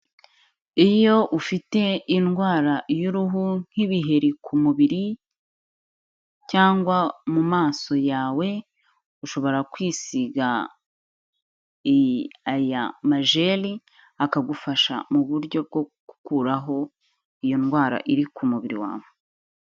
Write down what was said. Iyo ufite indwara y'uruhu nk'ibiheri ku mubiri cyangwa mu maso yawe, ushobora kwisiga aya ma jeri akagufasha mu buryo bwo gukuraho iyo ndwara iri ku mubiri wawe.